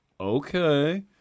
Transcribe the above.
okay